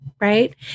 Right